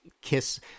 kiss